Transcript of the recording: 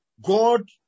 God